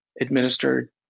administered